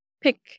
pick